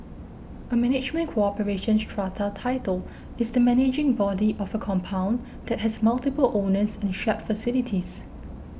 a management corporation strata title is the managing body of a compound that has multiple owners and shared facilities